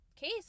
case